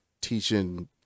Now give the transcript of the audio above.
teaching